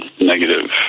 negative